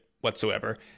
whatsoever